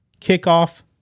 kickoff